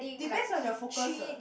depends on your focus